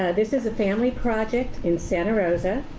this is a family project in santa rosa.